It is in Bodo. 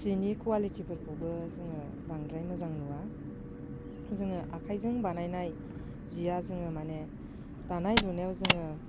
सिनि कुवालिटिफोरखौबो जोङो बांद्राय मोजां नुवा जोङो आखाइजों बानायनाय सिया जोङो माने दानाय लुनायाव जोङो